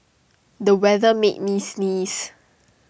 the weather made me sneeze